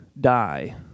die